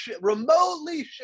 remotely